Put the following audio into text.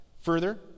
Further